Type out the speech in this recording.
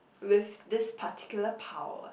with this particular power